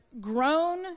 grown